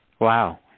Wow